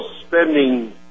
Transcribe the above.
spending